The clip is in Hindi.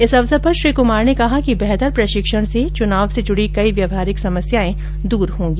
इस अवसर पर श्री कुमार ने कहा कि बेहतर प्रशिक्षण से चुनाव से जुडी कई व्यवहारिक समस्याये दूर होंगी